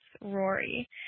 Rory